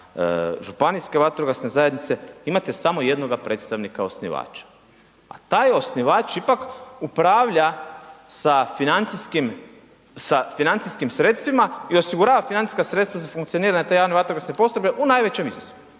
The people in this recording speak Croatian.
županijske vatrogasne zajednice, imate samo jednoga predstavnika osnivača. A taj osnivač ipak upravlja sa financijskim sredstvima i osigurava financijska sredstva za funkcioniranje te javne vatrogasne postrojbe u najvećem iznosu.